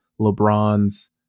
LeBron's